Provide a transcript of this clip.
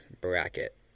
bracket